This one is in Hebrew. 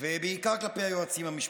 כלפי היועצים המשפטיים.